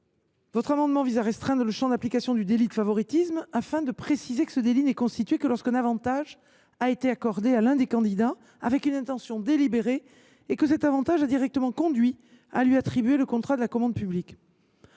cet amendement proposent de restreindre le champ d’application du délit de favoritisme, afin de préciser que celui ci n’est constitué que lorsqu’un avantage a été accordé à l’un des candidats avec une intention délibérée et que cet avantage a directement conduit à lui attribuer le contrat de la commande publique.